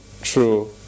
true